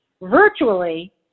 virtually